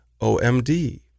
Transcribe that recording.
OMD